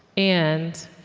and